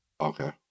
Okay